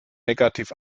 negativ